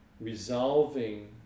resolving